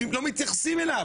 כי הם לא מתייחסים אליו.